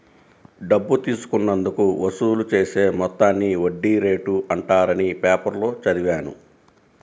డబ్బు తీసుకున్నందుకు వసూలు చేసే మొత్తాన్ని వడ్డీ రేటు అంటారని పేపర్లో చదివాను